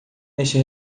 neste